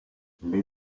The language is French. les